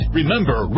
Remember